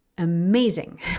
Amazing